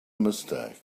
mistake